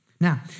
Now